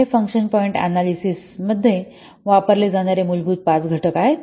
तर हे function point analysis मध्ये वापरले जाणारे मूलभूत पाच घटक आहेत